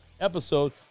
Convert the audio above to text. episode